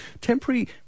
temporary